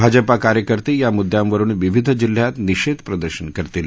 भाजपा कार्यकर्ते या मूद्यांवरुन विविध जिल्ह्यात निषेध प्रदर्शन करतील